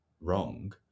wrong